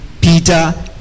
Peter